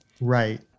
Right